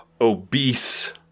obese